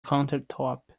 countertop